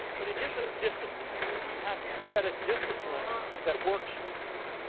but it is a discipline. and you have to set a discipline that works for you.